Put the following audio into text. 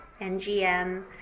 NGM